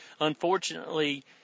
Unfortunately